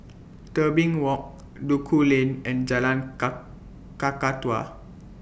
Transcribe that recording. Tebing Walk Duku Lane and Jalan Ka Kakatua